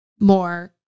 more